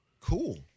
cool